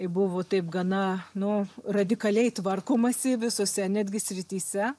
buvo taip gana nu radikaliai tvarkomasi visose netgi srityse